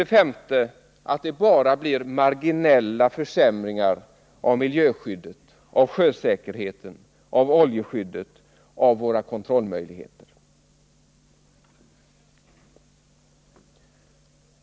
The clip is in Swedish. Antagandet att det bara blir marginella försämringar av miljöskyddet, av sjösäkerheten, av oljeskyddet och av våra kontrollmöjligheter.